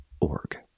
org